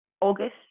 august